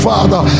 Father